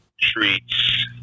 Treats